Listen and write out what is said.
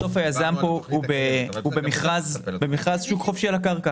בסוף היזם כאן הוא במכרז שוק חופשי על הקרקע.